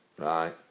right